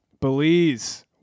Belize